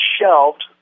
shelved